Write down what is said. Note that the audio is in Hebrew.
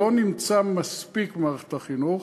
לא נמצא מספיק במערכת החינוך.